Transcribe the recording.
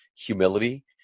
humility